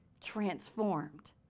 Transformed